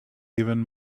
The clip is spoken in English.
even